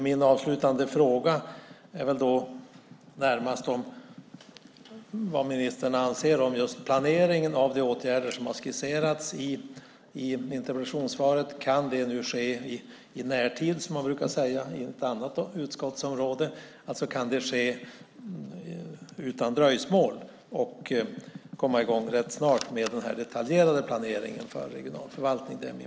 Min avslutande fråga rör närmast vad ministern anser om planeringen av de åtgärder som har skisserats i interpellationssvaret. Kan det ske i närtid, som man brukar säga i ett utskottsområde? Kan det ske utan dröjsmål att komma i gång med den detaljerade planeringen för regionalförvaltningen?